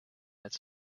its